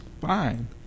fine